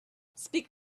speak